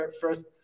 first